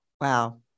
Wow